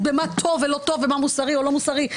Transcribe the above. מה טוב ולא טוב ומה מוסרי ולא מוסרי,